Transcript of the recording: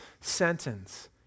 sentence